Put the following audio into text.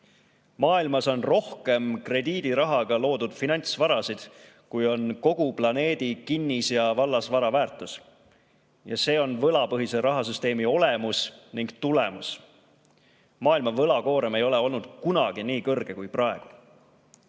Maailmas on rohkem krediidirahaga loodud finantsvarasid, kui on kogu planeedi kinnis- ja vallasvara väärtus. Ja see on võlapõhise rahasüsteemi olemus ning tulemus. Maailma võlakoorem ei ole olnud kunagi nii kõrge kui praegu.